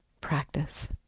practice